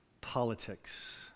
politics